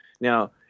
Now